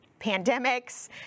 pandemics